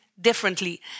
differently